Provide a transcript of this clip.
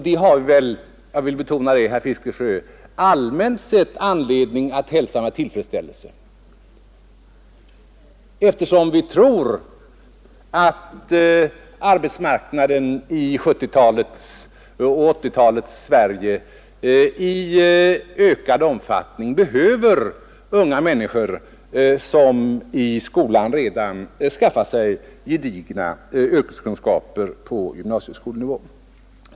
Det har vi väl — jag vill betona det, herr Fiskesjö — allmänt sett anledning att hälsa med tillfredsställelse, eftersom vi tror att arbetsmarknaden i 1970-talets och 1980-talets Sverige i ökad omfattning behöver unga människor som i skolan redan skaffat sig gedigna yrkeskunskaper på gymnasieskolenivå.